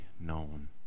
known